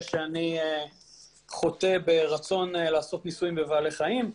שאני חוטא ברצון לעשות ניסויים בבעלי חיים,